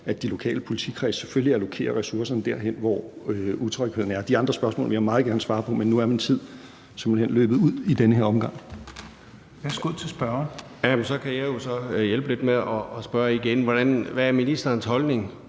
at de lokale politikredse selvfølgelig allokerer ressourcerne derhen, hvor utrygheden er. De andre spørgsmål vil jeg meget gerne svare på, men nu er min tid simpelt hen løbet ud i denne omgang. Kl. 13:28 Fjerde næstformand (Rasmus Helveg Petersen): Værsgo til spørgeren. Kl. 13:28 Preben Bang